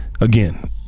again